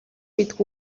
мэдэх